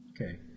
Okay